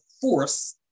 force